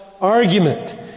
argument